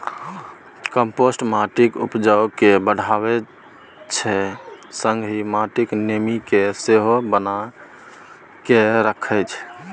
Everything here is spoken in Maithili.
कंपोस्ट माटिक उपजा केँ बढ़ाबै छै संगहि माटिक नमी केँ सेहो बनाए कए राखै छै